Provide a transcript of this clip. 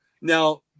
Now